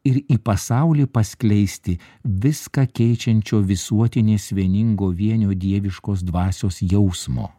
ir į pasaulį paskleisti viską keičiančio visuotinės vieningo vienio dieviškos dvasios jausmo